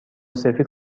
سفید